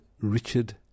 Richard